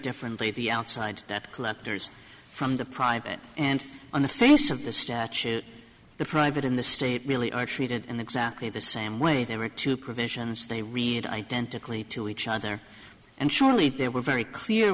differently the outside that collectors from the private and on the face of the statute the private in the state really are treated and exactly the same way there are two provisions they relate identically to each other and surely there were very clear